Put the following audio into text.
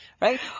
right